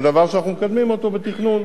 זה דבר שאנחנו מקדמים אותו בתכנון.